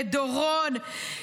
ודורון,